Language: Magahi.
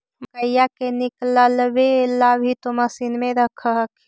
मकईया के निकलबे ला भी तो मसिनबे रख हखिन?